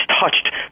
touched